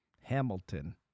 Hamilton